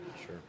Sure